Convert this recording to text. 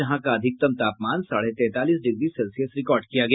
जहां का अधिकतम तापमान साढ़े तैंतालीस डिग्री सेल्सियस रिकॉर्ड किया गया